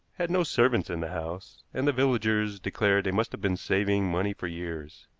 had no servants in the house, and the villagers declared they must have been saving money for years.